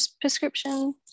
prescription